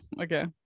Okay